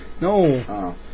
No